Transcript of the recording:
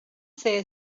say